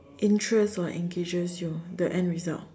interests or engages you the end result